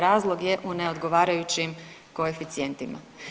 Razlog je u neodgovarajućim koeficijentima.